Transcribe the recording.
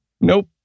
Nope